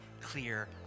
clear